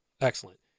excellent